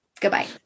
Goodbye